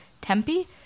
Tempe